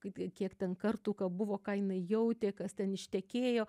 kaip ją kiek ten kartų ką buvo kainai jautė kas ten ištekėjo